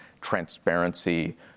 transparency